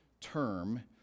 term